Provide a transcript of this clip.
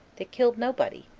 they killed nobody,